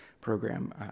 program